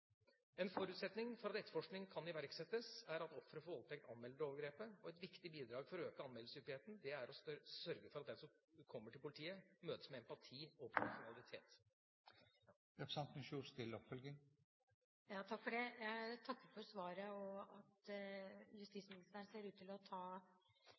En forutsetning for at etterforskning kan iverksettes, er at ofre for voldtekt anmelder overgrepet. Et viktig bidrag for å øke anmeldelseshyppigheten er å sørge for at den som kommer til politiet, møtes med empati og profesjonalitet. Jeg takker for svaret og for at justisministeren ser ut til å ta situasjonen på alvor. Det utløser betydelige kostnader innen helse og